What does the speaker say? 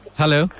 Hello